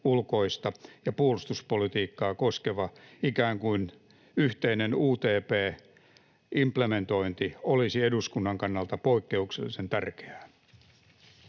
ulkoista ja puolustuspolitiikkaa — koskeva ikään kuin yhteinen UTP-implementointi olisi eduskunnan kannalta poikkeuksellisen tärkeää.